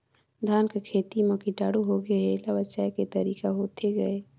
धान कर खेती म कीटाणु होगे हे एला बचाय के तरीका होथे गए?